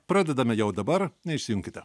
pradedame jau dabar neišsijunkite